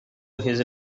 his